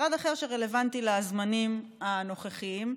משרד אחר שרלוונטי לזמנים הנוכחיים: